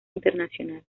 internacional